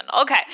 Okay